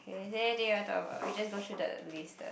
is there anything you want talk about we just go through the list the